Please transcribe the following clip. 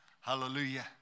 Hallelujah